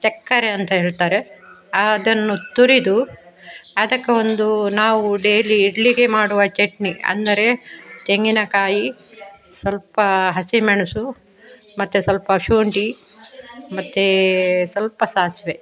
ತೆಕ್ಕರೆ ಅಂತ ಹೇಳ್ತಾರೆ ಅದನ್ನು ತುರಿದು ಅದಕ್ಕೆ ಒಂದು ನಾವು ಡೈಲಿ ಇಡ್ಲಿಗೆ ಮಾಡುವ ಚಟ್ನಿ ಅಂದರೆ ತೆಂಗಿನಕಾಯಿ ಸ್ವಲ್ಪ ಹಸಿಮೆಣಸು ಮತ್ತೆ ಸ್ವಲ್ಪ ಶುಂಠಿ ಮತ್ತೆ ಸ್ವಲ್ಪ ಸಾಸಿವೆ